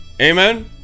amen